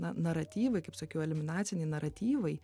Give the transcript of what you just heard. na naratyvai kaip sakiau eliminaciniai naratyvai